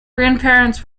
grandparents